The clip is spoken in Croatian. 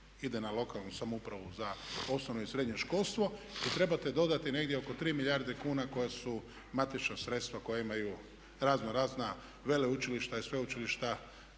ide na lokalnu samoupravu za osnovno i srednje školstvo. I trebate dodati negdje oko 3 milijarde kuna koje su matična sredstva koja imaju razno razna veleučilišta i sveučilišta,